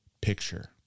picture